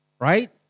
right